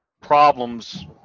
problems